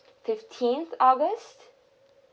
fifteenth august